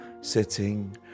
sitting